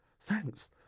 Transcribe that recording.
Thanks